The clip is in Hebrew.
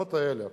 הזיכרונות האלה.